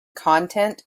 content